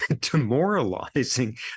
demoralizing